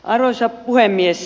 arvoisa puhemies